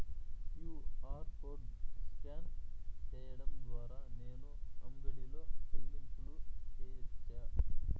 QR code scan సేయడం ద్వారా నేను అంగడి లో చెల్లింపులు సేయొచ్చా?